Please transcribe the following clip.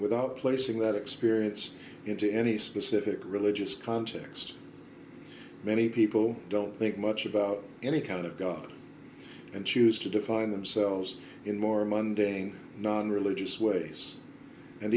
without placing that experience into any specific religious context many people don't think much about any kind of god and choose to define themselves in more monday non religious ways and